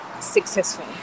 successful